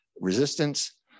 resistance